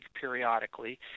periodically